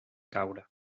caure